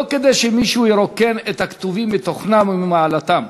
לא כדי שמישהו ירוקן את הכתובים מתוכנם וממעלתם,